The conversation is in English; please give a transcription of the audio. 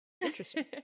interesting